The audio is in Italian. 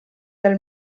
del